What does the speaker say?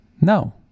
no